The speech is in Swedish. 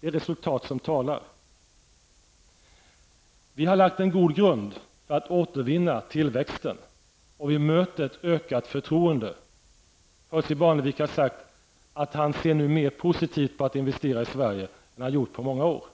Det är resultat som talar. Vi har lagt en god grund för att återvinna tillväxten, och vi möter ett ökat förtroende. Percy Barnevik har sagt att nu ser mera positivt på att investera i Sverige än vad han har gjort på många år.